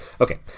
Okay